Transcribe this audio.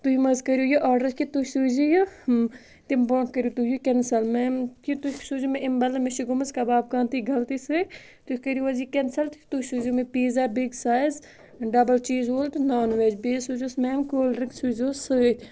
تُہۍ ما حظ کٔرِو یہِ آرڈَر کہِ تُہۍ سوٗزِو یہِ تَمہِ برٛونٛٹھ کٔرِو تُہی یہِ کینسَل مؠم کہِ تُہۍ سوٗزِو مےٚ اَمہِ بَدلہٕ مےٚ چھِ گٲمٕژ کَبابہٕ کٲنتی غلطی سٍتۍ تُہۍ کٔرِو حظ یہِ کینسَل تُہۍ سوٗزِیٚو مےٚ pizza big size double cheese وول تہٕ نان وِیج بیٚیہِ سوٗزِو مؠم کولڈ ڈرٛنٛک سوٗززِہوس سٍتۍ